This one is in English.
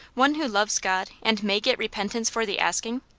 one who loves god, and may get repentance for the asking?